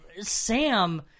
Sam